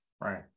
Right